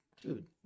dude